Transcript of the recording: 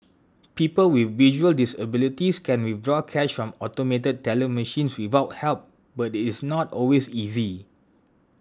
people with visual disabilities can withdraw cash from automated teller machines without help but is not always easy